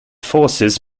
forces